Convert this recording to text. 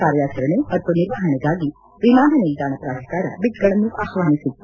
ಕಾರ್ಯಾಚರಣೆ ಮತ್ತು ನಿರ್ವಹಣೆಗಾಗಿ ವಿಮಾನ ನಿಲ್ದಾಣ ಪ್ರಾಧಿಕಾರ ಬಿಡ್ಗಳನ್ನು ಆಹ್ವಾನಿಸಿತ್ತು